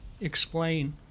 explain